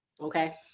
okay